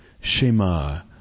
Shema